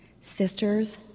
Sisters